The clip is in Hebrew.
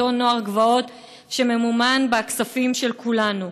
אותו נוער גבעות שממומן בכספים של כולנו.